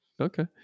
okay